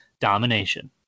domination